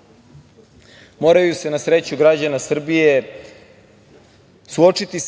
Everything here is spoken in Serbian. naroda. Moraju se na sreću građana Srbije suočiti,